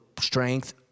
strength